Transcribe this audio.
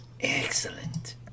Excellent